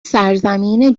سرزمین